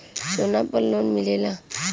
सोना पर लोन मिलेला?